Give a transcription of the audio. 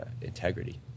integrity